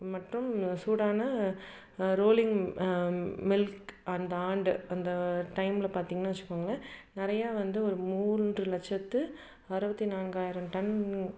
மற்றும் சூடான rolling mill அந்த ஆண்டு அந்த டைமில் பார்த்திங்கன்னு வச்சுக்கோங்களேன் நிறையா வந்து ஒரு மூன்று லட்சத்து அறுபத்தி நான்காயிரம் டன்